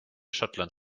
schottland